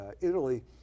Italy